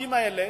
העובדים האלה,